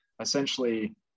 essentially